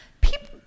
People